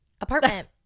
apartment